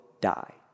die